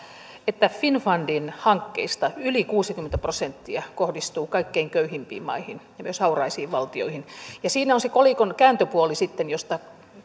että finnfundin hankkeista yli kuusikymmentä prosenttia kohdistuu kaikkein köyhimpiin maihin ja myös hauraisiin valtioihin ja siinä on se kolikon kääntöpuoli sitten mistä